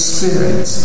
Spirit